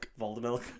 Voldemort